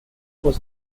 was